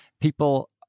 people